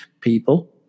people